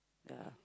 ya